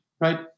right